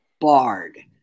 Bard